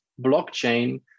blockchain